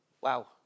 Wow